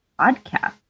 podcast